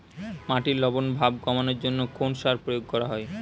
মাটির লবণ ভাব কমানোর জন্য কোন সার প্রয়োগ করা হয়?